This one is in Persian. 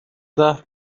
ضعف